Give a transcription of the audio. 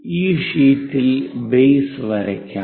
ഈ ഷീറ്റിൽ ബേസ് വരയ്ക്കാം